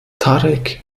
tarek